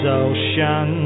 ocean